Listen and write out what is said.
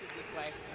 is life